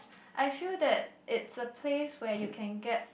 I feel that it's a place where you can get